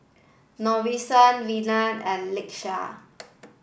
Verna and Lakesha